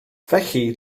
felly